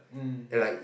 mm ya